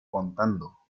contando